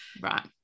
right